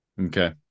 Okay